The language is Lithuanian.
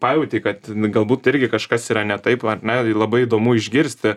pajauti kad galbūt irgi kažkas yra ne taip vat ne labai įdomu išgirsti